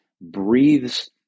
breathes